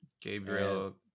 Gabriel